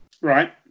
Right